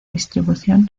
distribución